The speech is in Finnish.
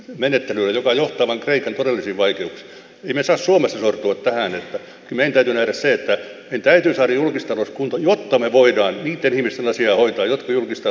menettelyä jopa johtavan kaiken todellisen vaikea nimensä suomessa tuo tähän että meidät ymmärsi että pitäisi saada julkistavat kunto mutta me voidaan jokin asia hoitaa julkista